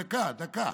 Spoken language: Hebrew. רגע, דקה, דקה.